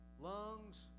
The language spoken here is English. lungs